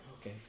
Okay